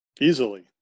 Easily